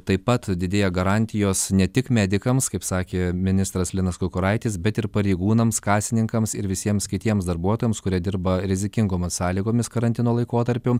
taip pat didėja garantijos ne tik medikams kaip sakė ministras linas kukuraitis bet ir pareigūnams kasininkams ir visiems kitiems darbuotojams kurie dirba rizikingomis sąlygomis karantino laikotarpiu